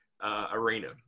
arena